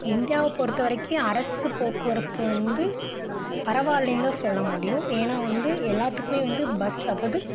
இந்தியாவை பொறுத்த வரைக்கும் அரசு போக்குவரத்து வந்து பரவாயில்லைந்தான் சொல்ல முடியும் ஏன்னா வந்து எல்லாத்துக்குமே வந்து பஸ் அதாவது